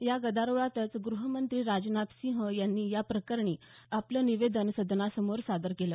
या गदारोळातच ग्रहमंत्री राजनाथसिंह यांनी या प्रकरणी आपलं निवेदन सदनासमोर सादर केलं